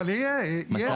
אבל יהיה, יהיה הסכם שכר.